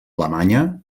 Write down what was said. alemanya